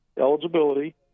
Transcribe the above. eligibility